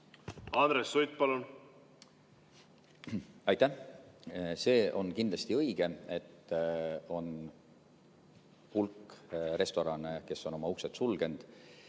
Andres Sutt, palun! Aitäh! See on kindlasti õige, et on hulk restorane, kes on oma uksed sulgenud.